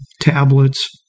tablets